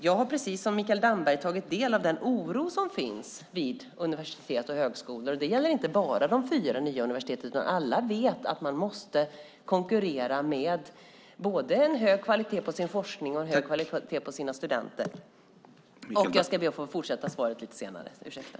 Jag har precis som Mikael Damberg tagit del av den oro som finns vid universitet och högskolor. Det gäller inte bara de fyra nya universiteten, utan alla vet att man måste konkurrera med både hög kvalitet på sin forskning och hög kvalitet på sina studenter. Jag ska be att få fortsätta svara på frågorna lite senare.